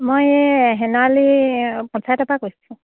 মই হেনৱালি পঞ্চায়তৰ পা কৈছোঁ